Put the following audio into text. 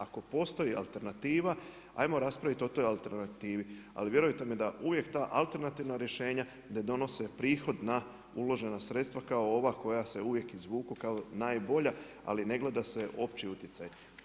Ako postoji alternativa ajmo napraviti o toj alternativi, ali vjerujte mi da uvijek ta alternativna rješenja ne donose prihod na uložena sredstva kao ova koja se uvijek izvuku kao najbolja, ali ne gleda se opći utjecaj.